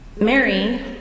Mary